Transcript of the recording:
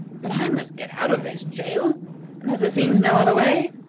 but i must get out of this jail, and, as there seems no other way,